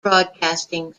broadcasting